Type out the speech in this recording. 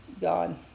God